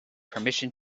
permission